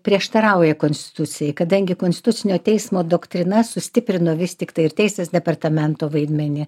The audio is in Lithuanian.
prieštarauja konstitucijai kadangi konstitucinio teismo doktrina sustiprino vis tiktai ir teisės departamento vaidmenį